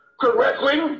correctly